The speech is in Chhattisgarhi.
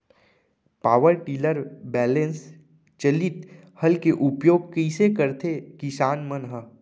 पावर टिलर बैलेंस चालित हल के उपयोग कइसे करथें किसान मन ह?